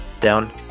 down